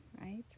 right